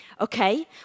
okay